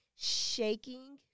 shaking